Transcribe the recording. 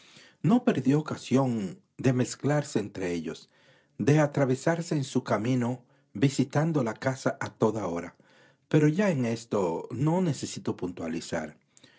no perdió ocasión de mezcla entre ellos de atravesarse en su camino visitando la casa a toda hora pero ya en esto no necesito puntualizar